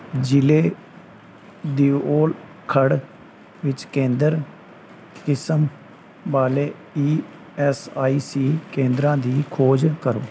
ਜ਼ਿਲ੍ਹੇ ਦਿਓਘੜ ਵਿੱਚ ਕੇਂਦਰ ਕਿਸਮ ਵਾਲੇ ਈ ਐੱਸ ਆਈ ਸੀ ਕੇਂਦਰਾਂ ਦੀ ਖੋਜ ਕਰੋ